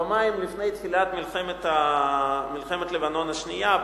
יומיים לפני תחילת מלחמת לבנון השנייה,